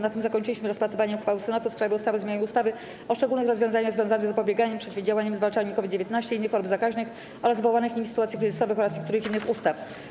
Na tym zakończyliśmy rozpatrywanie uchwały Senatu w sprawie ustawy o zmianie ustawy o szczególnych rozwiązaniach związanych z zapobieganiem, przeciwdziałaniem i zwalczaniem COVID-19, innych chorób zakaźnych oraz wywołanych nimi sytuacji kryzysowych oraz niektórych innych ustaw.